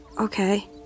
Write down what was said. Okay